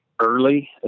early